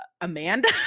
amanda